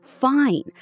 Fine